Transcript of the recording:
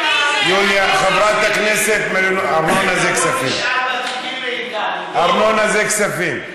חברת הכנסת מלינובסקי, ארנונה זה כספים.